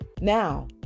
Now